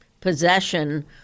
possession